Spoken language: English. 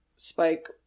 Spike